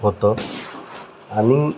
होतं आणि